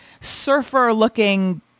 surfer-looking